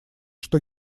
что